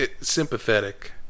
sympathetic